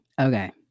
Okay